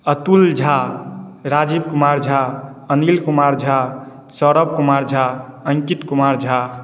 Atul Jha Rajeev Kumar Jha Anil Kumar Jha Saurav Kumar Jha Ankit Kumar Jha